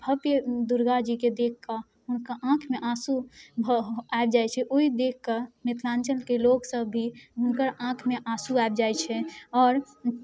भव्य दुर्गाजीके देखिकऽ हुनका आँखिमे आँसू भऽ आबि जाइ छै ओ देखिकऽ मिथिलाञ्चलके लोकसब भी हुनकर आँखिमे आँसू आबि जाइ छै आओर